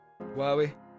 Huawei